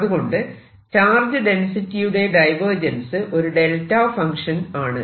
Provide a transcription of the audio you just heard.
അതുകൊണ്ട് ചാർജ് ഡെൻസിറ്റിയുടെ ഡൈവേർജൻസ് ഒരു ഡെൽറ്റ ഫങ്ക്ഷൻ ആണ്